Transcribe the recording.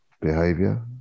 behavior